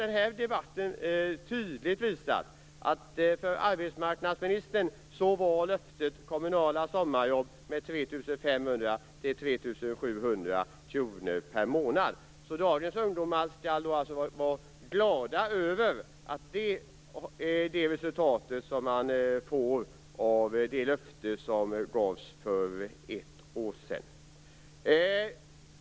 Den här debatten har tydligt visat att löftet från arbetsmarknadsministern gäller kommunala sommarjobb med en lön av 3 500 - 3 700 kr per månad. Dagens ungdomar skall alltså vara glada över detta resultat av det löfte som gavs för ett år sedan.